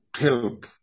help